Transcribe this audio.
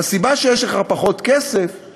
והסיבה שיש לך פחות כסף היא,